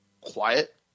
quiet